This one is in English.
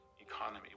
economy